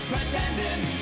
Pretending